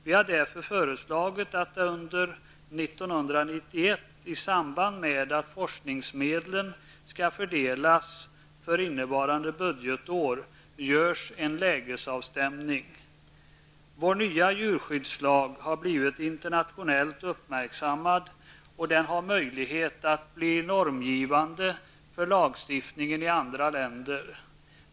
Vi har därför föreslagit att det under 1991, i samband med att forskningsmedel skall fördelas för innevarande budgetår, görs en lägesavstämning. Vår nya djurskyddslag har blivit internationellt uppmärksammad och den har möjlighet att bli normbildande för lagstiftningen i andra länder.